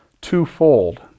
twofold